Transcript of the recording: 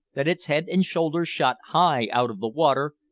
that its head and shoulders shot high out of the water,